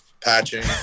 patching